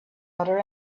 other